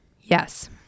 Yes